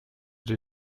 des